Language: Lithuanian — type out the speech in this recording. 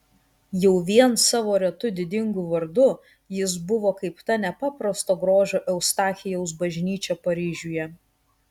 jau vien savo retu didingu vardu jis buvo kaip ta nepaprasto grožio eustachijaus bažnyčia paryžiuje